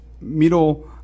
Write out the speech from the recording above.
Middle